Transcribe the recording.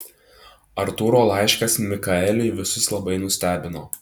artūro laiškas mikaeliui visus labai nustebino